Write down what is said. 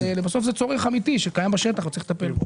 בסוף זה צורך אמיתי שקיים בשטח וצריך לטפל בו.